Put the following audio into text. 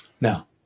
Now